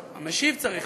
נמנעים.